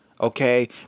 Okay